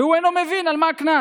והוא אינו מבין על מה הקנס.